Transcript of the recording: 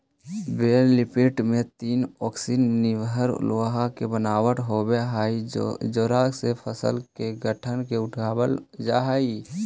बेल lifter में तीन ओंकसी निअन लोहा के बनावट होवऽ हई जेकरा से फसल के गाँठ के उठावल जा हई